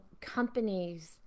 companies